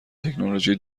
تکنولوژی